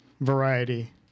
variety